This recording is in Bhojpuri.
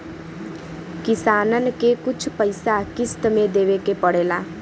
किसानन के कुछ पइसा किश्त मे देवे के पड़ेला